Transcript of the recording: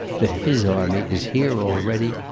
that his army is here already,